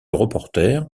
reporter